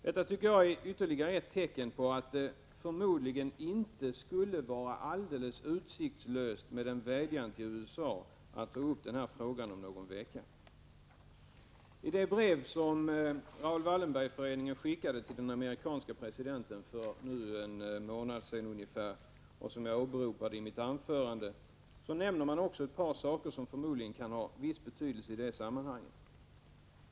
Detta, tycker jag, är ytterligare ett tecken på att det förmodligen inte skulle vara alldeles utsiktslöst att rikta en vädjan till USA om att ta upp den här frågan vid samtalen om någon vecka. I det brev som Raoul Wallenberg-föreningen skickade till den amerikanske presidenten för ungefär en månad sedan och som jag åberopade i mitt huvudanförande nämns också ett par saker som förmodligen kan ha viss betydelse i sammanhanget.